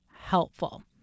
helpful